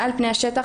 מעל פני השטח,